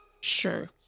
sure